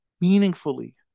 meaningfully